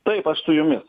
taip aš su jumis